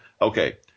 okay